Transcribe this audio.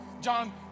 John